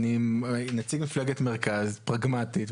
אני נציג מפלגת מרכז פרגמטית,